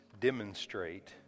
demonstrate